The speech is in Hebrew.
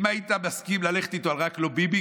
אם היית מסכים ללכת איתו על "רק לא ביבי",